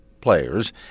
players